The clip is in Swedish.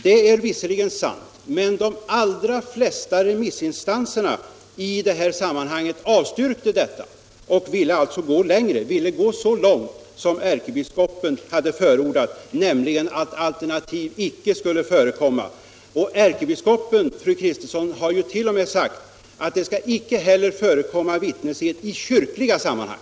Det är visserligen sant, men de allra flesta remissinstanserna avstyrkte detta och ville alltså gå längre. De ville gå så långt som ärkebiskopen förordade, nämligen att alternativ icke skulle förekomma. Ärkebiskopen, fru Kristensson, har t.o.m. sagt att det icke heller skall förekomma vittnesed i kyrkliga sammanhang.